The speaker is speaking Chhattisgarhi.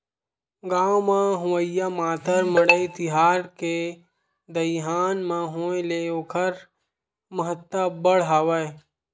गाँव म होवइया मातर मड़ई तिहार के दईहान म होय ले ओखर महत्ता अब्बड़ हवय